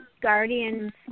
guardian's